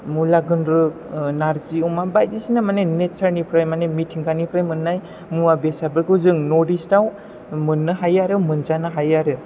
मुला गुनद्रु नारजि अमा बायदिसिना मानि नेसारनिफ्राय माने मिथिंगानिफ्राय मोननाय मुवा बेसादफोरखौ जों नर्थ इस्तआव मोननो हायो आरो मोनजानो हायो आरो